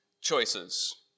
choices